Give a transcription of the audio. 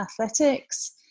Athletics